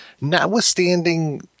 notwithstanding